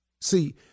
See